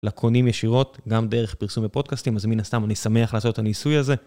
לקונים ישירות גם דרך פרסום בפודקאסטים, אז מן הסתם, אני שמח לעשות את הניסוי הזה.